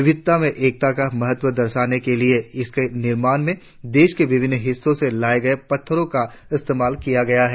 विविधता मे एकता का महत्व दर्शाने के लिए इसके निर्माण में देश के विभिन्न हिस्सों से लाए गए पत्थरों का इस्तेमाल किया गया हैं